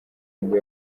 nibwo